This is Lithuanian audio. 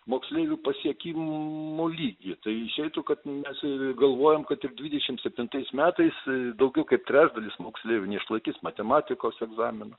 moksleivių pasiekimų lygį tai išeitų kad neturi galvojant kad dvidešimt septintais metais daugiau kaip trečdalis moksleivių neišlaikys matematikos egzamino